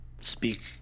speak